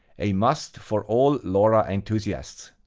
a must for all lora enthusiasts.